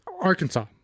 Arkansas